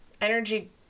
energy